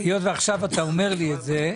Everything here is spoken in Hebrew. היות שעכשיו אתה אומר לי את זה.